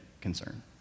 concern